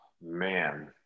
man